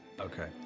Okay